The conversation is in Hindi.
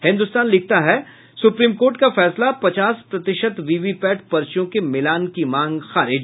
हिन्दुस्तान लिखता है सुप्रीम कोर्ट का फैसला पचास प्रतिशत वीवीपैट पर्चियों के मिलान की मांग खारिज